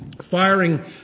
firing